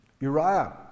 Uriah